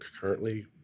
currently